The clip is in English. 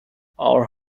our